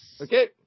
Okay